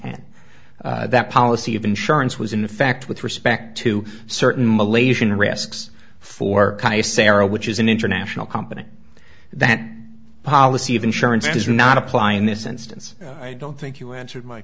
and that policy of insurance was in effect with respect to certain malaysian risks for sarah which is an international company that policy of insurance does not apply in this instance i don't think you answered my